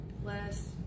Less